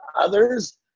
others